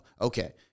okay